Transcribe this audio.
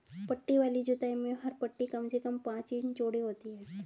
पट्टी वाली जुताई में हर पट्टी कम से कम पांच इंच चौड़ी होती है